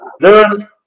learn